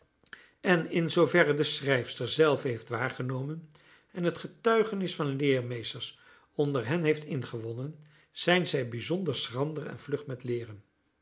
en in zooverre de schrijfster zelve heeft waargenomen en het getuigenis van leermeesters onder hen heeft ingewonnen zijn zij bijzonder schrander en vlug in het leeren